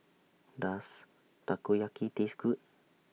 Does Takoyaki Taste Good